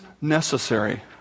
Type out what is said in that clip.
necessary